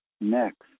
next